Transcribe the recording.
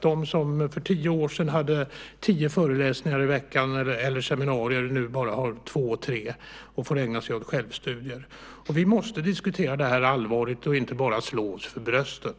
De som för tio år sedan hade tio föreläsningar eller seminarier i veckan har nu bara två tre och får ägna sig åt självstudier. Vi måste diskutera det här allvarligt och inte bara slå oss för bröstet.